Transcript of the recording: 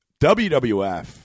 WWF